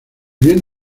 bien